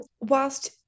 Whilst